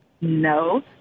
No